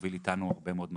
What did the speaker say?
שהוביל אתנו הרבה מאוד מהלכים.